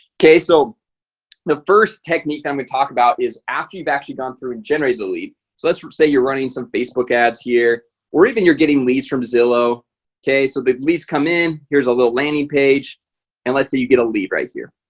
ok, so the first technique that we talked about is after you've actually gone through and generated the lead so let's say you're running some facebook ads here or even you're getting leads from zillow ok, so the police come in. here's a little landing page and let's say you get a lead right here.